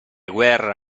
guerra